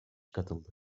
katıldı